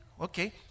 Okay